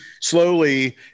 slowly